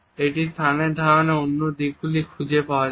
এটি স্থানের ধারণার অন্যান্য দিকগুলিতে খুঁজে পাওয়া যায়